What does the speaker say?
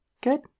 Good